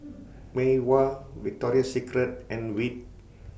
Mei Hua Victoria Secret and Veet